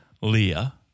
Leah